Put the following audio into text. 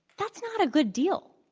that's not a good deal.